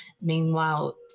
Meanwhile